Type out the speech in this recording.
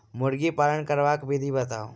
मुर्गी पालन करबाक विधि बताऊ?